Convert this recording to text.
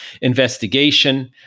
investigation